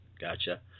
gotcha